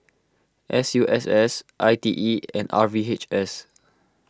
S U S S I T E and R V H S